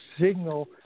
signal